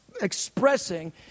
expressing